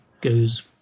goes